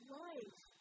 life